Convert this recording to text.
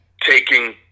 taking